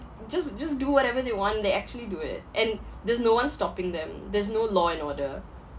just just do whatever they want they actually do it and there's no one's stopping them there's no law and order